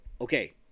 okay